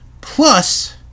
Plus